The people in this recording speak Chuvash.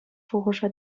шухӑша